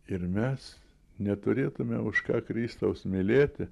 ir mes neturėtume už ką kristaus mylėti